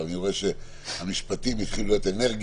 אבל אני רואה שהמשפטים התחילו להיות אנרגיה,